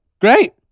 great